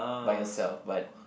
by yourself but